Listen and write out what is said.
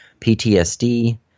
PTSD